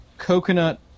coconut